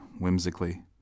whimsically